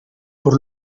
por